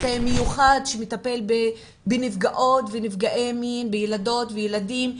מיוחד שמטפל בנפגעות ונפגעי מין בילדות וילדים,